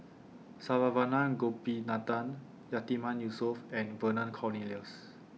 Saravanan Gopinathan Yatiman Yusof and Vernon Cornelius